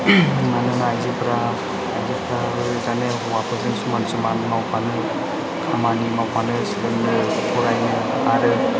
मानोना आइजोफोराबो दानि हौवाफोरजों समान समान खामानि मावफानो सोलोंनो फरायनो आरो